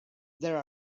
there